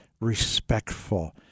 respectful